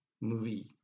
movie